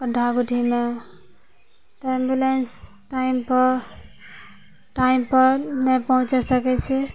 गढ्ढा गुढ्ढी मे तऽ एम्बुलेन्स टाइम पे टाइम पे नहि पहुँच सकै छै